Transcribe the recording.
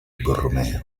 borromeo